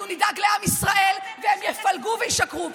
אנחנו נדאג לעם ישראל, והם יפלגו וישקרו.